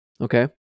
okay